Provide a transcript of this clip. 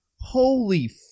Holy